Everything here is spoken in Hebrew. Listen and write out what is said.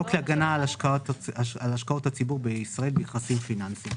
השקעות הציבור בישראל בנכסים פיננסים.